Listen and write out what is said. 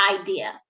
idea